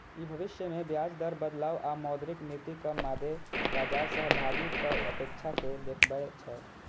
ई भविष्य मे ब्याज दर बदलाव आ मौद्रिक नीतिक मादे बाजार सहभागीक अपेक्षा कें देखबै छै